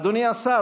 אדוני השר,